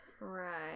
Right